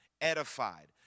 edified